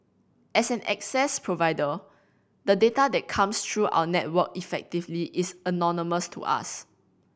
as an access provider the data that comes through our network effectively is anonymous to us